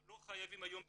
לא חייבים היום במבחן.